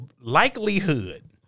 likelihood